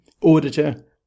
auditor